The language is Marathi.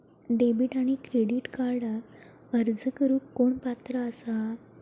डेबिट आणि क्रेडिट कार्डक अर्ज करुक कोण पात्र आसा?